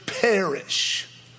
perish